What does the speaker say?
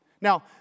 Now